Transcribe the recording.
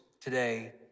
today